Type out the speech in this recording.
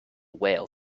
whale